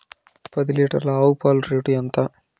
పది లీటర్ల ఆవు పాల రేటు ఎంత?